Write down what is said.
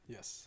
Yes